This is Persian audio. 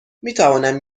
میتوانم